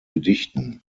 gedichten